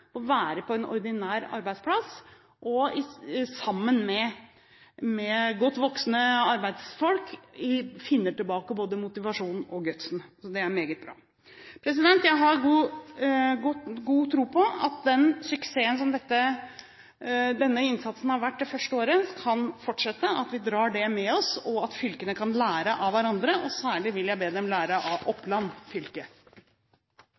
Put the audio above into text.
får være på en ordinær arbeidsplass og sammen med godt voksne arbeidsfolk finner tilbake både motivasjonen og «gutsen». Det er meget bra. Jeg har god tro på at den suksessen som denne innsatsen har vært det første året, kan fortsette, at vi drar det med oss, og at fylkene kan lære av hverandre. Særlig vil jeg be dem lære av